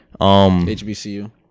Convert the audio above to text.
HBCU